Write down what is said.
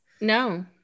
No